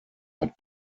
hat